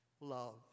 Love